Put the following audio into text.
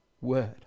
Word